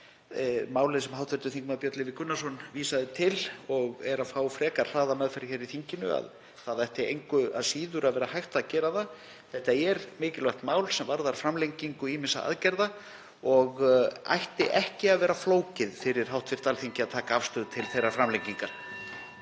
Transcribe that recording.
málið sem hv. þm. Björn Leví Gunnarsson vísaði til og er að fá frekar hraða meðferð í þinginu, að það ætti engu að síður að vera hægt að gera það. Þetta er mikilvægt mál sem varðar framlengingu ýmissa aðgerða og ætti ekki að vera flókið fyrir hæstv. Alþingi að taka afstöðu til þeirra framlengingar.